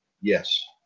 yes